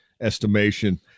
estimation